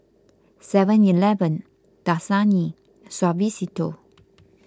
Seven Eleven Dasani Suavecito